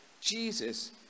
Jesus